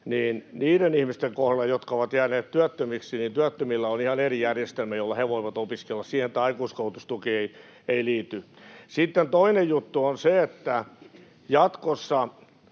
niiden ihmisten kohdalla, jotka ovat jääneet työttömiksi, työttömillä, on ihan eri järjestelmä, jossa he voivat opiskella. Siihen ei tämä aikuiskoulutustuki liity. Sitten toinen juttu on se, että jatkossa